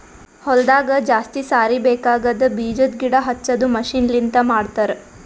ಹೊಲದಾಗ ಜಾಸ್ತಿ ಸಾರಿ ಬೇಕಾಗದ್ ಬೀಜದ್ ಗಿಡ ಹಚ್ಚದು ಮಷೀನ್ ಲಿಂತ ಮಾಡತರ್